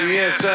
yes